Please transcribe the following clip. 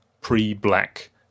pre-black